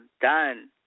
done